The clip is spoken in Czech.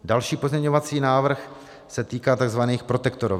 Další pozměňovací návrh se týká takzvaných protektoroven.